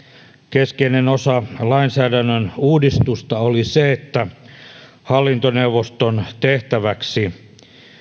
keskeinen osa lainsäädännön uudistusta oli se että hallintoneuvoston tehtäväksi